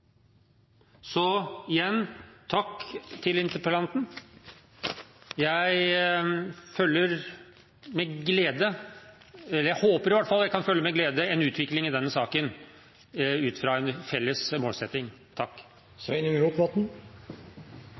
Igjen takk til interpellanten. Jeg følger med glede – jeg håper i hvert fall jeg kan det – en utvikling i denne saken ut fra en felles målsetting.